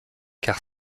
car